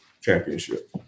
championship